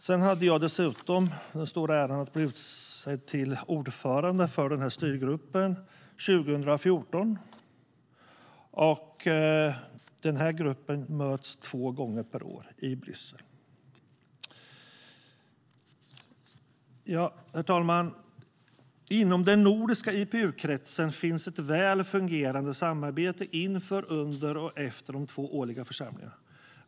Dessutom hade jag 2014 den stora äran att bli utsedd till ordförande för styrgruppen. Styrgruppen möts två gånger per år i Bryssel. Herr talman! Inom den nordiska IPU-kretsen finns ett väl fungerande samarbete inför, under och efter de två årliga församlingarna.